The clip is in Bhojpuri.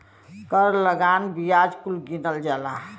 कर लगान बियाज कुल गिनल जाला